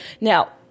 Now